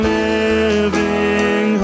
living